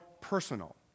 personal